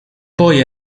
poi